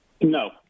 No